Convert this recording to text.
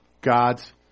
God's